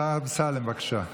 השר אמסלם, בבקשה.